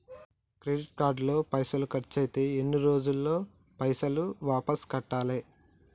Credit card లో పైసల్ ఖర్చయితే ఎన్ని రోజులల్ల పైసల్ వాపస్ కట్టాలే?